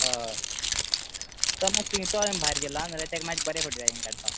हय तो मात्शें तो हांवें भायर गेलो नाल्या ताका मातशें बरें फोट जाय हींग काडपा